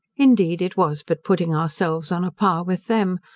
indeed it was but putting ourselves on a par with them,